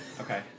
Okay